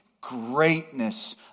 greatness